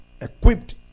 Equipped